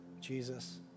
Jesus